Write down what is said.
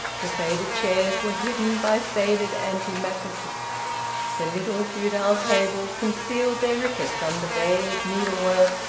the faded chairs were hidden by faded antimacassars the little futile tables concealed their rickets under vague needlework,